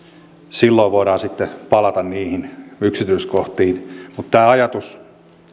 silloin voidaan sitten palata niihin yksityiskohtiin mutta tämä